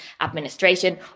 administration